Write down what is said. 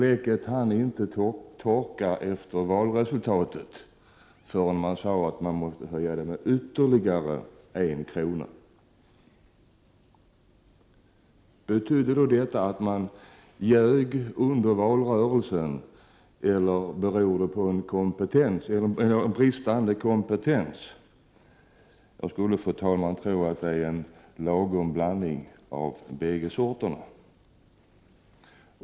Bläcket hann inte torka sedan valresultatet skrivits förrän socialdemokraterna sade att skatten måste höjas med ytterligare 1 kr. Tyder detta på att socialdemokraterna ljög under valrörelsen eller beror det på socialdemokraternas brist på kompetens? Jag tror att det är en lagom stor blandning av bådadera.